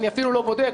אני אפילו לא בודק,